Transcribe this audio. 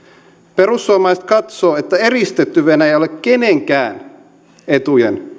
perussuomalaiset katsoo että eristetty venäjä ei ole kenenkään etujen